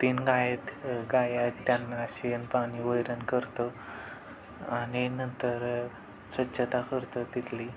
तीन गाय आहेत गाय आहेत त्यांना शेण पाणी वैरण करतो आणि नंतर स्वच्छता करतो तिथली